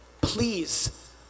Please